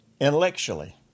intellectually